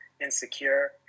insecure